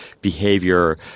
behavior